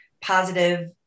positive